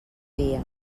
dia